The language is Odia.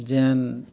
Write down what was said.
ଜେନ୍